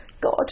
God